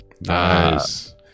Nice